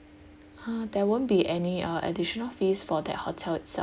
hmm there won't be any uh additional fees for that hotel itself